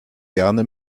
gerne